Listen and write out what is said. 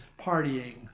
partying